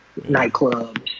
nightclubs